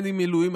או במילואים,